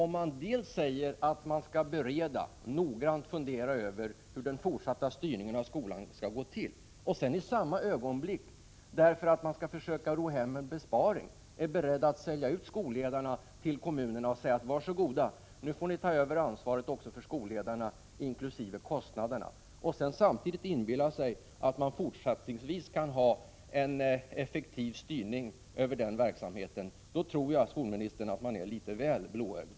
Man säger att man skall bereda — noggrant fundera över — hur den fortsatta styrningen av skolan skall gå till, samtidigt som man, därför att man skall försöka ro hem en besparing, är beredd att sälja ut skolledarna till kommunerna. Säger man till kommunerna att de får ta över ansvaret också för skolledarna, inkl. kostnaderna, skall man inte inbilla sig att man fortsättningsvis kan ha en effektiv styrning över den verksamheten. Tror man det, skolministern, anser jag att det är litet väl blåögt.